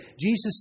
Jesus